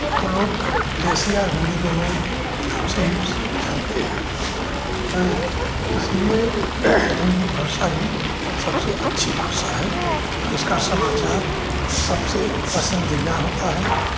उसको लोग देशी और हिन्दी दोनों के ही नाम से प्र जानते हैं आएँ इसलिए हिन्दी भाषा ही सबसे अच्छी भाषा है और इसका समाचार सबसे पसन्दीदा होता है